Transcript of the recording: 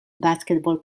basketball